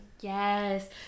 yes